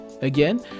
Again